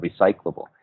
recyclable